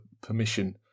permission